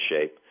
shape